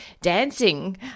dancing